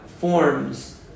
forms